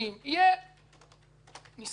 יהיה ניסיון,